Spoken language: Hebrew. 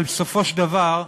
אבל בסופו של דבר,